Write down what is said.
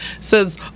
says